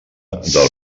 del